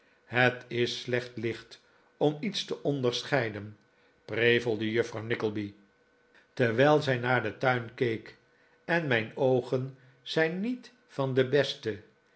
het is slecht licht om iets te onderscheiden prevelde juffrouw nickleby terwijl zij naar den tuin keek en mijn oogen zijn niet van de beste